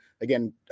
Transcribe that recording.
again